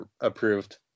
approved